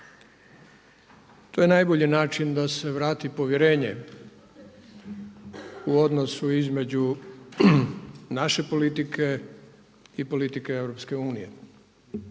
To je najbolji način da se vrati povjerenje u odnosu između naše politike i politike EU. To je